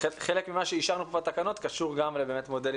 חלק ממה שאישרנו בתקנות קשור גם למודלים